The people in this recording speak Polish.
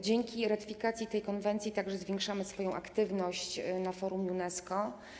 Dzięki ratyfikacji tej konwencji także zwiększamy swoją aktywność na forum UNESCO.